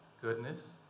goodness